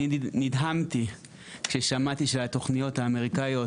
אני נדהמתי כששמעתי שהתוכניות האמריקאיות